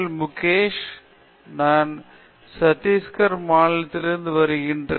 முகேஷ் நான் மைக்கேல் முகேஷ் நான் சத்தீஸ்கர் மாநிலத்தில் இருந்து வருகிறேன்